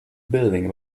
building